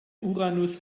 uranus